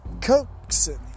coaxing